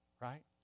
right